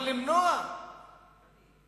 אבל למנוע מהאופוזיציה